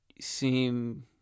seem